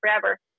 forever